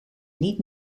niet